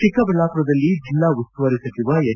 ಚಿಕ್ಕಬಳ್ಳಾಮರದಲ್ಲಿ ಜಿಲ್ಲಾ ಉಸ್ತುವಾರಿ ಸಚಿವ ಎನ್